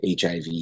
HIV